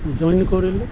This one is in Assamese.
জইন কৰিলোঁ